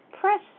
press